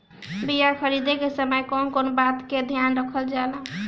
बीया खरीदे के समय कौन कौन बात के ध्यान रखल जाला?